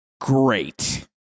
great